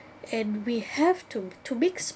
and we have to to makes